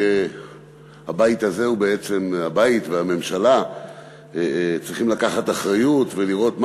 הבית הזה ובעצם הממשלה צריכים לקחת אחריות ולראות מה הם